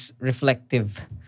reflective